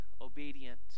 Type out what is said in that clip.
obedient